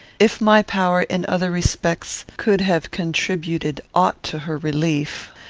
if my power, in other respects, could have contributed aught to her relief,